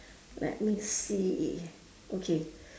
let me see okay